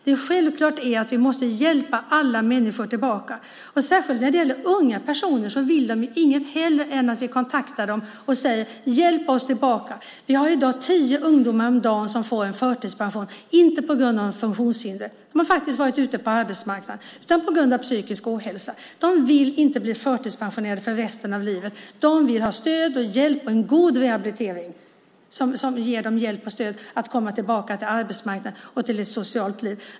Det är självklart att vi måste hjälpa alla människor tillbaka. Särskilt unga personer vill inget hellre än att vi kontaktar dem, och de säger: Hjälp oss tillbaka! I dag får tio ungdomar om dagen förtidspension, men inte på grund av ett funktionshinder - de har varit ute på arbetsmarknaden - utan på grund av psykisk ohälsa. De vill inte bli förtidspensionerade för resten av livet. De vill ha stöd, hjälp och en god rehabilitering, som ger dem hjälp och stöd att komma tillbaka till arbetsmarknaden och till ett socialt liv.